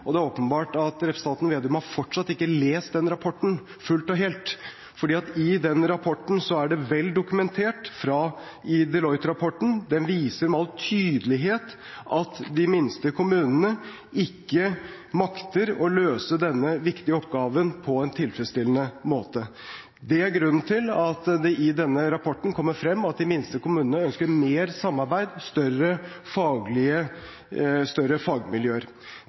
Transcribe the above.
og det er åpenbart at representanten Slagsvold Vedum fortsatt ikke har lest den rapporten fullt og helt. For i Deloitte- rapporten er dette vel dokumentert. Den viser med all tydelighet at de minste kommunene ikke makter å løse denne viktige oppgaven på en tilfredsstillende måte. Det er grunnen til at det i denne rapporten kommer frem at de minste kommunene ønsker mer samarbeid og større fagmiljøer.